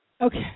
Okay